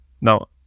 Now